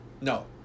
no